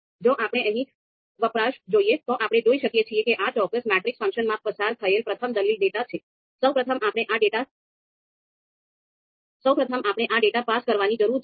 જો આપણે અહીં વપરાશ જોઈએ તો આપણે જોઈ શકીએ છીએ કે આ ચોક્કસ મેટ્રિક્સ ફંક્શનમાં પસાર થયેલ પ્રથમ દલીલ ડેટા છે